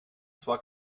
zwar